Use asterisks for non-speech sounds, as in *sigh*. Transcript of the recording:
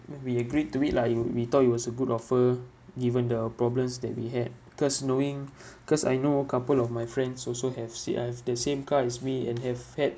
we agreed to it lah it wa~ we thought it was a good offer given the problems that we had because knowing *breath* cause I know a couple of my friends also have C_R_F the same car as me and have had